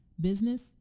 Business